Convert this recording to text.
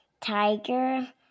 Tiger